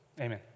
Amen